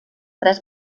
tres